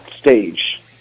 stage